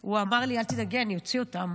הוא אמר לי: אל תדאגי, אני אוציא אותם.